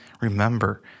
remember